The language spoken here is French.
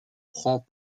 prend